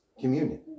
communion